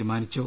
തീരുമാനിച്ചു